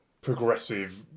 progressive